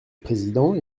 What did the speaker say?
président